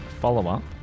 follow-up